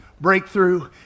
breakthrough